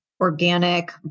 organic